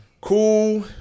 Cool